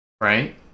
Right